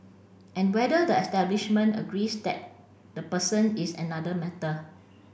and whether the establishment agrees that the person is another matter